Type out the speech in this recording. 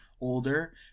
older